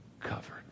covered